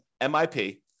MIP